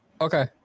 Okay